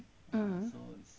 mm